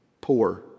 poor